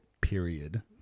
period